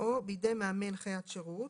או בידי מאמן חיית שירות..."